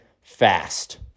fast